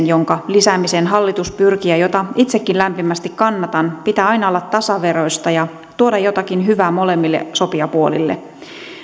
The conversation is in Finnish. jonka lisäämiseen hallitus pyrkii ja jota itsekin lämpimästi kannatan pitää aina olla tasaveroista ja tuoda jotakin hyvää molemmille sopijapuolille